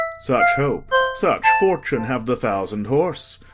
such hope, such fortune, have the thousand horse.